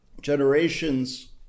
Generations